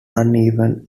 uneven